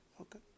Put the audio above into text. Okay